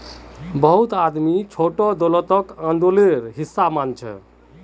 बहुत आदमी छोटो दौलतक आंदोलनेर हिसा मानछेक